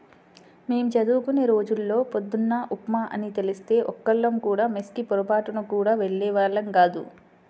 మేం చదువుకునే రోజుల్లో పొద్దున్న ఉప్మా అని తెలిస్తే ఒక్కళ్ళం కూడా మెస్ కి పొరబాటున గూడా వెళ్ళేవాళ్ళం గాదు